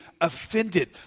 offended